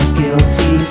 guilty